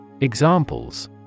Examples